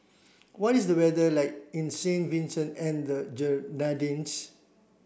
what is the weather like in Saint Vincent and the